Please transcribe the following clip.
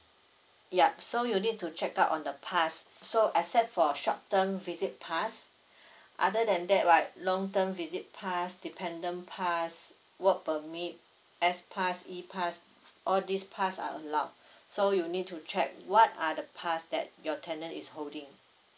yup so you need to check out on the pass so except for short term visit pass other than that right long term visit pass dependent pass work permit S pass E pass all these pass are allowed so you need to check what are the pass that your tenant is holding